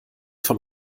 von